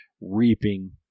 reaping